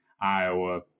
Iowa